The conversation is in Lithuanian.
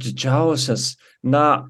didžiausias na